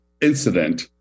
incident